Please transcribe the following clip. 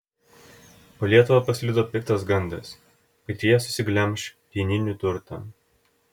po lietuvą pasklido piktas gandas kad jie susiglemš pieninių turtą